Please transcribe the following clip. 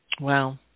Wow